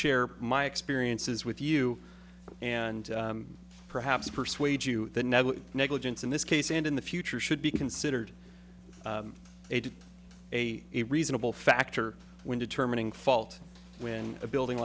share my experiences with you and perhaps persuade you that never negligence in this case and in the future should be considered a did a reasonable factor when determining fault when a building